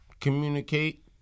communicate